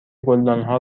گلدانها